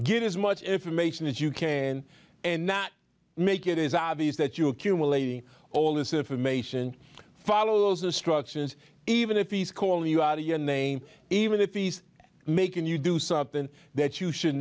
get as much information as you can and not make it is obvious that you accumulating all this information follows the structure even if he's calling you out of your name even if he's making you do something that you should